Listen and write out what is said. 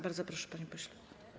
Bardzo proszę, panie pośle.